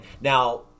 Now